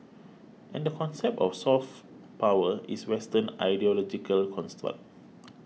and the concept of soft power is Western ideological construct